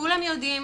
כולם יודעים,